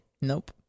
Nope